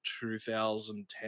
2010